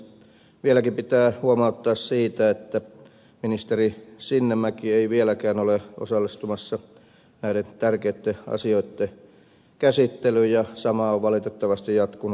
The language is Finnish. vieläkin pitää huomauttaa siitä että ministeri sinnemäki ei vieläkään ole osallistumassa näiden tärkeitten asioitten käsittelyyn ja samaa on valitettavasti jatkunut koko syksyn